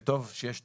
וטוב שיש תחרות,